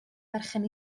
berchen